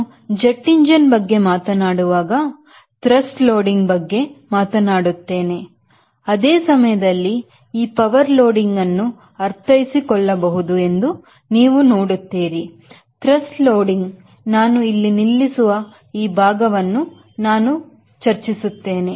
ನಾವು Jet engine ಬಗ್ಗೆ ಮಾತನಾಡುವಾಗ ನಾವು thrust ಲೋಡಿಂಗ್ ಬಗ್ಗೆ ಮಾತನಾಡು ಮಾತನಾಡುತ್ತೇನೆ ಅದೇ ಸಮಯದಲ್ಲಿ ಈ ಪವರ್ ಲೋಡಿಂಗ್ ಅನ್ನು ಅರ್ಥೈಸಿಕೊಳ್ಳಬಹುದು ಎಂದು ನೀವು ನೋಡುತ್ತೀರಿ thrust ಲೋಡಿಂಗ್ ನಾನು ಇಲ್ಲಿ ನಿಲ್ಲಿಸುವ ಈ ಭಾಗವನ್ನು ನಾನು ಚರ್ಚಿಸುತ್ತೇನೆ